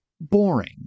boring